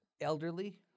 elderly